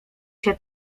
się